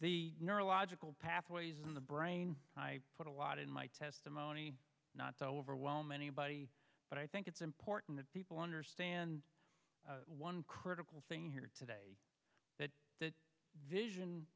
the neurologic pathways in the brain i put a lot in my testimony not to overwhelm anybody but i think it's important that people understand one critical thing here today that the vision